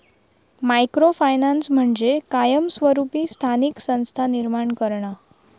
micro finance म्हणजे कायमस्वरूपी स्थानिक संस्था निर्माण करणा